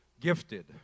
gifted